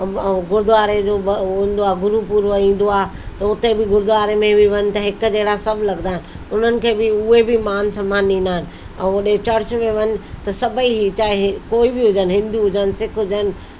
ऐं गुरुद्वारे जो बि हू हूंदो आहे गुरुपूर्व ईंदो आहे त हुते बि गुरुद्वारे में बि वञ त हिकु जहिड़ा सभु लॻंदा आहिनि उन्हनि खे बि उहे बि मान सम्मान ॾींदा आहिनि ऐं होॾे चर्च में वञ त सभेई चाहे कोई बि हुजनि हिंदू हुजनि सिख हुजनि